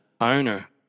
owner